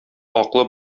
аклы